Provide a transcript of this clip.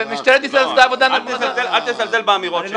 ומשטרת ישראל עשתה עבודה --- אל תזלזל באמירות שלי.